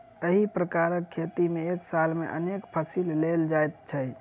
एहि प्रकारक खेती मे एक साल मे अनेक फसिल लेल जाइत छै